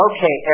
Okay